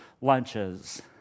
lunches